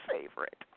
favorite